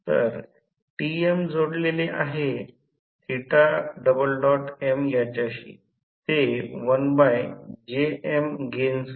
तर Tm जोडलेले आहे m याच्याशी ते 1Jm गेनसह